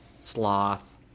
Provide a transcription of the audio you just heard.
Sloth